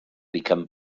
become